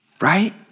Right